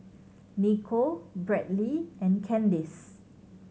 Niko Bradley and Candis